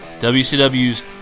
WCW's